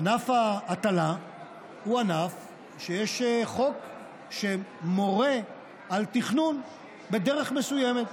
ענף ההטלה הוא ענף שיש חוק שמורה על תכנון בדרך מסוימת,